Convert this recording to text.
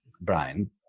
Brian